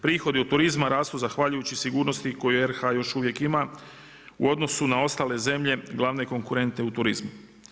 Prihodi od turizma rastu zahvaljujući sigurnosti koju RH još uvijek ima u odnosu na ostale zemlje glavne konkurente u turizmu.